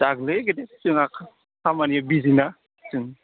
जागोन लै गेदेर जोंहा खामानि बिजिना जों